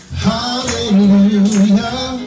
hallelujah